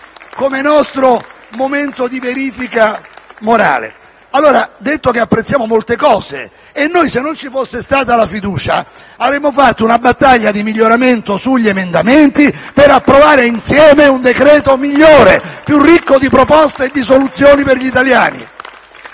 Bravo! GASPARRI *(FI-BP)*. Ho detto che apprezziamo molte cose. Se non ci fosse stata la fiducia, avremmo fatto una battaglia di miglioramento sugli emendamenti, per approvare insieme un decreto-legge migliore, più ricco di proposte e di soluzioni per gli italiani.